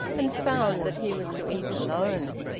and found that he was to eat alone.